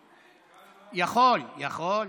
יכול, יכול.